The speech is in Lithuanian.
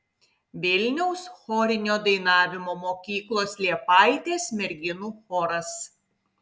vilniaus chorinio dainavimo mokyklos liepaitės merginų choras